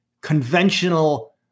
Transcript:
conventional